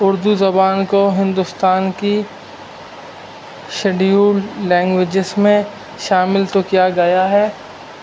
اردو زبان کو ہندوستان کی شیڈیول لینگویجز میں شامل تو کیا گیا ہے